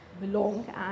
belong